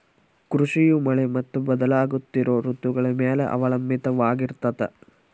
ಕೃಷಿಯು ಮಳೆ ಮತ್ತು ಬದಲಾಗುತ್ತಿರೋ ಋತುಗಳ ಮ್ಯಾಲೆ ಅವಲಂಬಿತವಾಗಿರ್ತದ